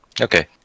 Okay